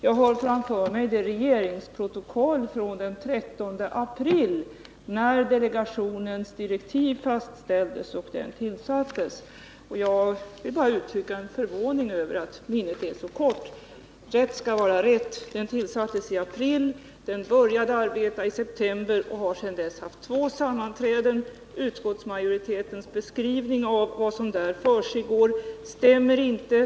Jag har framför mig det regeringsprotokoll från den 13 april där delegationens direktiv fastställdes och delegationen tillsattes. Jag vill bara uttrycka min förvåning över att minnet är så kort. Rätt skall vara rätt. Delegationen tillsattes i april. Den började arbeta i september, och har sedan dess haft två sammanträden. Utskottsmajoritetens beskrivning av vad som där försiggår stämmer inte.